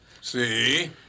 See